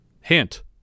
Hint